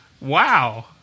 Wow